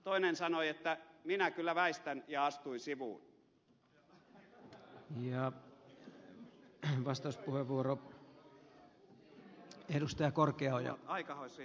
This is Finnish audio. toinen sanoi minä kyllä väistän ja astui sivuun